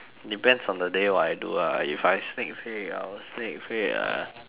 depends on the day what I do ah if I sneak peek I will sneak peek uh